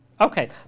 Okay